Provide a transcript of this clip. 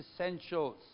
essentials